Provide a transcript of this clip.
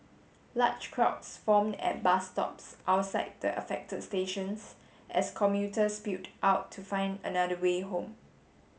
large crowds formed at bus stops outside the affected stations as commuters spilled out to find another way home